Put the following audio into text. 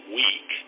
week